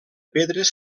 pedres